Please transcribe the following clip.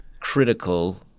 Critical